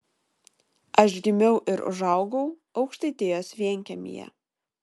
aš gimiau ir užaugau aukštaitijos vienkiemyje